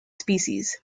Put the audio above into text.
species